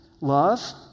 Love